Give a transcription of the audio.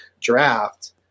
draft